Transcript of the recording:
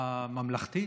הממלכתי?